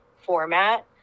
format